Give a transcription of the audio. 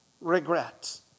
regret